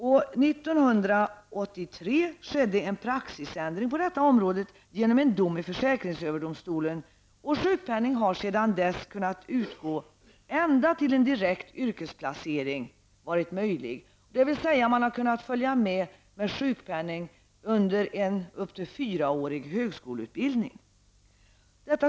1983 skedde en praxisändring på detta område genom en dom i försäkringsöverdomstolen, och sjukpenning har sedan dess kunnat utgå ända tills en direkt yrkeksplacering varit möjlig, ibland till högskoleutbildning i fyra års tid.